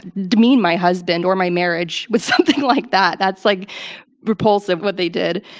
demean my husband or my marriage with something like that. that's like repulsive, what they did.